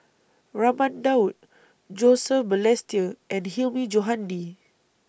Raman Daud Joseph Balestier and Hilmi Johandi